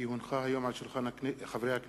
כי הונחה היום על שולחן הכנסת,